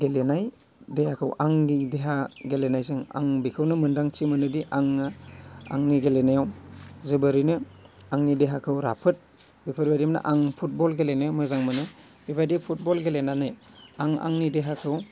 गेलेनाय देहाखौ आंनि देहा गेलेनायजों आं बेखौनो मोनदांथि मोनो दि आङो आंनि गेलेनायाव जोबोरैनो आंनि देहाखौ राफोद बेफोरबादिनो आं फुटबल गेलेनो मोजां मोनो बेबादि फुटबल गेलेनानै आं आंनि देहाखौ